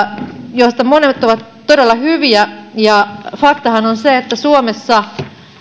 joista monet ovat todella hyviä faktahan on se että suomessa